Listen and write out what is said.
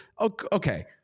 Okay